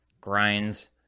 grinds